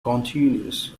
continuous